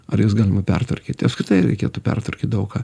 ar jas galima pertvarkyt apskritai reikėtų pertvarkyt daug ką